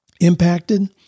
impacted